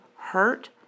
hurt